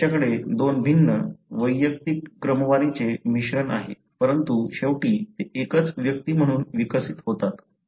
त्यांच्याकडे दोन भिन्न वैयक्तिक क्रमवारीचे मिश्रण आहे परंतु शेवटी ते एकच व्यक्ती म्हणून विकसित होतात